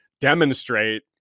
demonstrate